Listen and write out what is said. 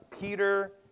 Peter